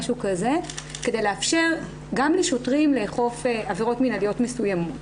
כדי לאפשר גם לשוטרים לאכוף עבירות מינהליות מסוימות.